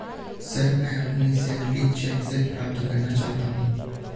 sir, मैं अपनी salary cheque से प्राप्त करना चाहता हूं